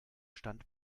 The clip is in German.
stand